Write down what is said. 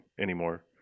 anymore